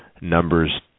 numbers